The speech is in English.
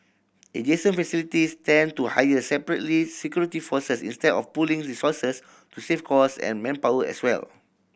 adjacent facilities tend to hire separately security forces instead of pooling resources to save cost and manpower as well